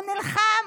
הוא נלחם,